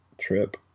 trip